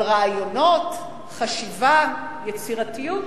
אבל רעיונות, חשיבה, יצירתיות,